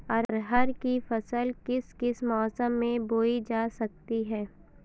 अरहर की फसल किस किस मौसम में बोई जा सकती है?